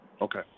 Okay